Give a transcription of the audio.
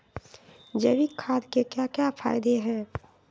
जैविक खाद के क्या क्या फायदे हैं?